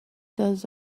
does